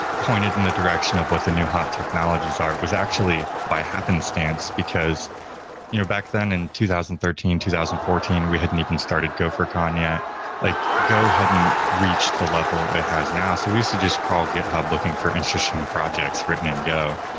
pointed in the direction of what the new hot technologies are, it was actually by happenstance, because you know back then in two thousand and thirteen two thousand and fourteen we hadn't even started gophercon yet like go hadn't reached the level it has now, so we used to just crawl github looking for interesting projects written in go.